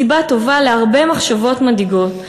סיבה טובה להרבה מחשבות מדאיגות.